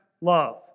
love